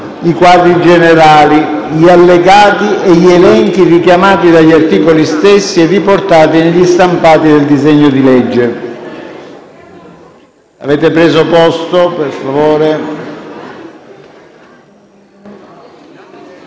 i quadri generali, gli allegati e gli elenchi richiamati dagli articoli stessi e riportati negli stampati del disegno di legge. Passiamo alla votazione